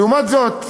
לעומת זאת,